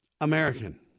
American